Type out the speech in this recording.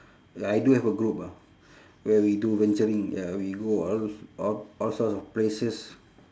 I do have a group ah where we do venturing ya we go all all all sorts of places